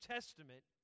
Testament